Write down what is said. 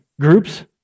groups